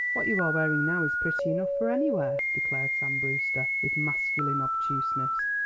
what you are wearing now is pretty enough for anywhere, declared sam brewster, with masculine obtuseness.